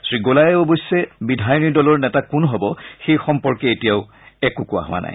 শ্ৰীগোলায় অৱশ্যে বিধায়িনী দলৰ নেতা কোন হ'ব সেই সম্পৰ্কে এতিয়াও একো কোৱা নাই